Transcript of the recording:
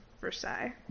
Versailles